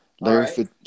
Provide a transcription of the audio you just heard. Larry